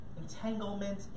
entanglement